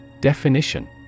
Definition